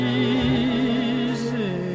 easy